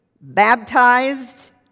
baptized